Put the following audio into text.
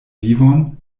vivon